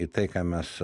į tai ką mes